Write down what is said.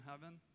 heaven